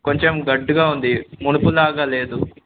కొంచెం దొడ్డుగా ఉంది మునుపులాగ లేదు